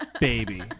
baby